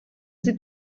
sie